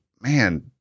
man